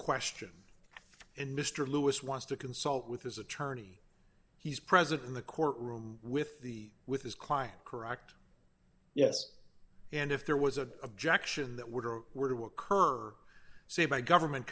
question and mr lewis wants to consult with his attorney he's president of the court room with the with his client correct yes and if there was a jackson that would or were to occur say by government